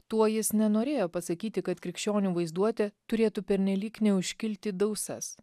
tuo jis nenorėjo pasakyti kad krikščionių vaizduotė turėtų pernelyg neužkilti dausas